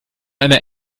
einer